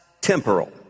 temporal